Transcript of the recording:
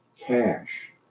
cash